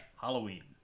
Halloween